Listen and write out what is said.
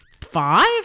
five